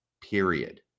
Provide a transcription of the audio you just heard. period